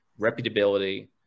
reputability